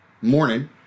morning